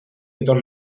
etor